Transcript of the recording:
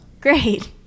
great